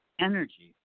energy